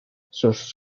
sus